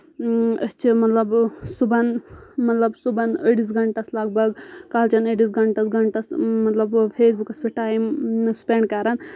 أسۍ چھِ مطلب صُبحن مطلب صُبحن أڑِس گنٛٹس لگ بگ کالچن أڑِس گنٛٹس گنٛٹس مطلب فیس بُکس پؠٹھ ٹایم سِپینڈ کران